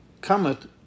cometh